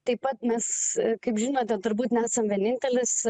taip pat mes kaip žinote turbūt nesam vienintelis